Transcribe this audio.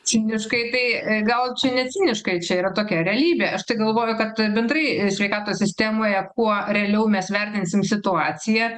ciniškai tai gal čia ne ciniškai čia yra tokia realybė aš tai galvoju kad bendrai sveikatos sistemoje kuo realiau mes vertinsim situaciją